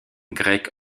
grecque